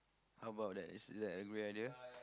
how about that is that a good idea